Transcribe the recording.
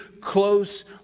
close